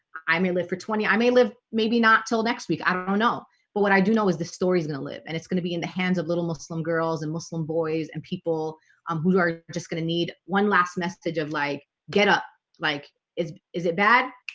i may live for twenty i may live maybe not till next week i don't know know but what i do know is the story's gonna live and it's gonna be in the hands of little muslim girls and muslim boys and people um who are just gonna need one last message of like get up like is is it bad?